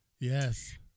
Yes